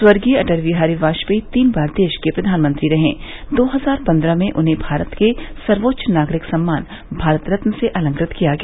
स्वर्गीय अटल बिहारी वाजपेई तीन बार देश के प्रधानमंत्री रहे दो हजार पन्द्रह में उन्हें भारत के सर्वोच्च नागरिक सम्मान भारत रत्न से अलंकृत किया गया